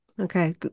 Okay